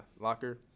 locker